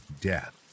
death